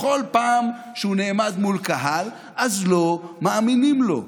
בכל פעם שהוא נעמד מול קהל, אז לא מאמינים לו.